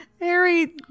Harry